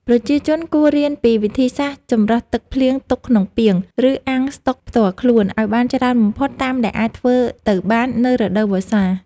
ប្រជាជនគួររៀនពីវិធីសាស្ត្រចម្រោះទឹកភ្លៀងទុកក្នុងពាង ឬអាងស្តុកផ្ទាល់ខ្លួនឱ្យបានច្រើនបំផុតតាមដែលអាចធ្វើទៅបាននៅរដូវវស្សា។